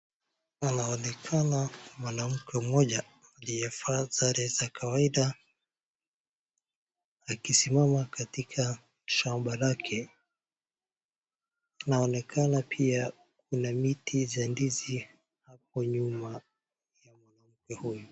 Panaonekana mwanamke mmoja aliyevaa sare za kawaida akisimama katika shamba lake. Panaonekana pia kuna miti za ndizi hapo nyuma ya huyu.